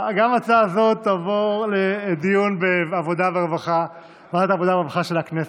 גם ההצעה הזאת תעבור לדיון בוועדת העבודה והרווחה של הכנסת.